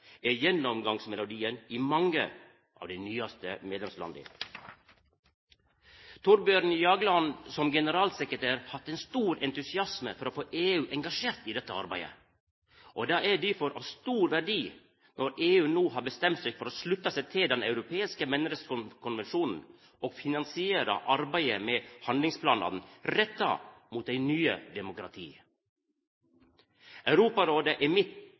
er gjennomgangsmelodien i mange av dei nyaste medlemslanda. Thorbjørn Jagland, som generalsekretær, har hatt stor entusiasme for å få EU engasjert i dette arbeidet. Det er difor av stor verdi når EU no har bestemt seg for å slutta seg til Den europeiske menneskerettskonvensjonen og finansiera arbeidet med handlingsplanane retta mot dei nye demokratia. Europarådet er no midt